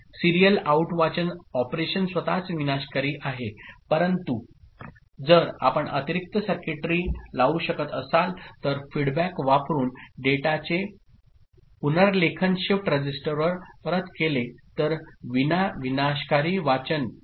serial out वाचन operation स्वतःच विनाशकारी आहे परंतु जर आपण अतिरिक्त सर्किटरी लावू शकत असाल तर फीडबॅक वापरुन डेटाचे पुनर्लेखन शिफ्ट रजिस्टरवर परत केले तर विना विनाशकारी वाचन कार्यान्वित केले जाऊ शकते